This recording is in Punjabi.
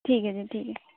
ਠੀਕ ਹੈ ਜੀ ਠੀਕ ਹੈ